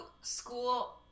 school